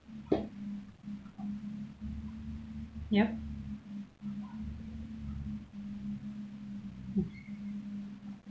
yup